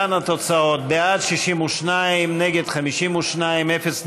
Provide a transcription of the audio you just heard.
להלן התוצאות: בעד, 62, נגד, 52, אפס נמנעים.